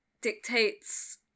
dictates